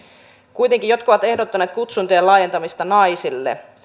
kuitenkin jotkut ovat ehdottaneet kutsuntojen laajentamista naisille